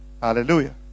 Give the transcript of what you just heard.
Hallelujah